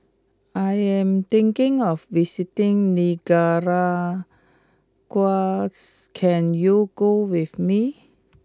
I am thinking of visiting Nicaragua can you go with me